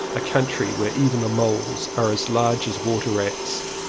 a country where even the moles are as large as water rats,